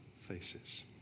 faces